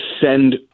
send